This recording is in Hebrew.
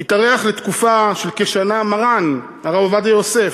התארח לתקופה של כשנה מרן הרב עובדיה יוסף,